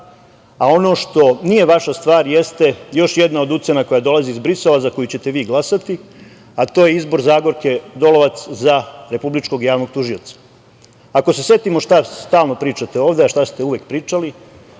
a ono što nije vaša stvar jeste još jedna od ucena koja dolazi iz Brisela za koji ćete vi glasati, a to je izbor Zagorke Dolovac za Republičkog javnog tužioca. Ako se setimo šta stalno pričate ovde, a šta ste uvek pričali,